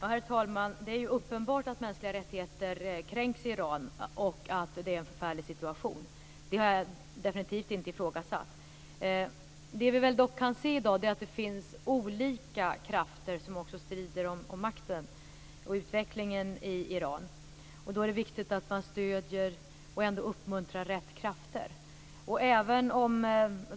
Herr talman! Det är uppenbart att mänskliga rättigheter kränks i Iran och att det är en förfärlig situation. Det har jag definitivt inte ifrågasatt. Vi kan se att det i dag finns olika krafter som strider om makten och utvecklingen i Iran. Det är viktigt att man då stöder och uppmuntrar rätt krafter.